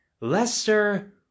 Leicester